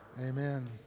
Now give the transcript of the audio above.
amen